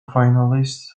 finalists